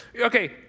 okay